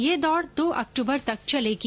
यह दौड़ दो अक्टूबर तक चलेगी